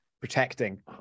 protecting